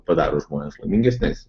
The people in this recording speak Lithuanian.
padaro žmones laimingesniais